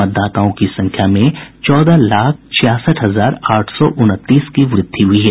मतदाताओं की संख्या में चौदह लाख छियासठ हजार आठ सौ उनतीस की वृद्धि हुई है